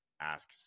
ask